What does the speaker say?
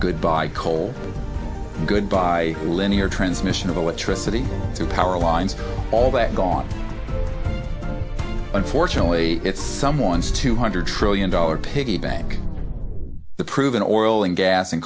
goodbye coal goodbye linear transmission of electricity to power lines all that gone unfortunately it's someone's two hundred trillion dollar piggy bank the proven oil and gas and